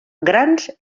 grans